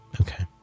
Okay